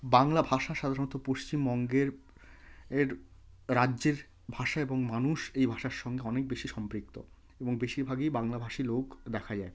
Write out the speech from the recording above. বাংলা ভাষা সাধারণত পশ্চিমবঙ্গের এর রাজ্যের ভাষা এবং মানুষ এই ভাষার সঙ্গে অনেক বেশি সম্পৃক্ত এবং বেশিরভাগই বাংলাভাষী লোক দেখা যায়